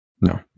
no